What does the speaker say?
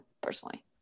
personally